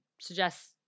suggest